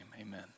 amen